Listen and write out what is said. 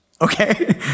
okay